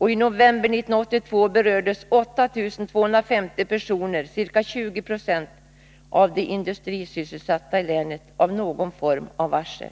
I november 1982 berördes 8 250 personer, ca 20 Zo av de industrisysselsatta i länet, av någon form av varsel.